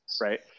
right